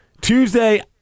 Tuesday